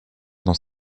dans